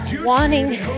wanting